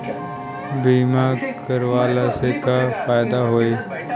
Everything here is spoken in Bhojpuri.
बीमा करवला से का फायदा होयी?